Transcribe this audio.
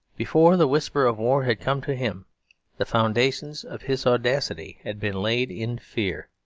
before the whisper of war had come to him the foundations of his audacity had been laid in fear.